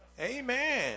Amen